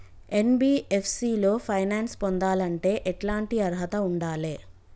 NBFC లో finance పొందాలంటే ఎట్లాంటి అర్హత ఉండాలే?